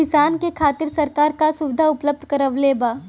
किसान के खातिर सरकार का सुविधा उपलब्ध करवले बा?